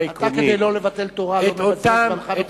אתה, כדי לא לבטל תורה, לא מבזבז זמנך בחוץ-לארץ.